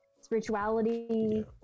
spirituality